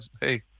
hey